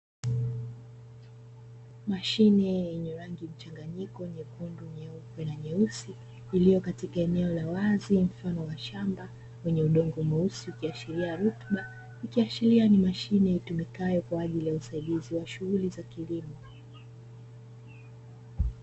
Mashine yenye rangi mchanganyiko nyekundu, nyeupe, na nyeusi iliyo katika eneo la wazi mfano wa shamba wenye udongo mweusi ukiashiria rutuba, ikiashiria ni mashine itumikayo kwaajili ya usaidizi wa shughuli za kilimo.